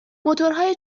موتورهای